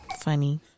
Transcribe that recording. funny